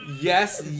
Yes